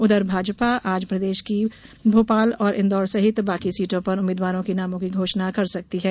उधर भाजपा आज प्रदेश की भोपाल और इन्दौर सहित बाकी सीटो पर उम्मीद्वारों के नामों की घोषणा कर सकती है